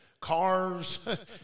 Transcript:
cars